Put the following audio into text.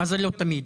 מה זה לא תמיד?